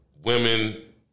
women